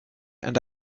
and